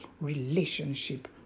relationship